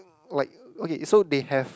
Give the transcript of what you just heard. like okay so they have